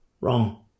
Wrong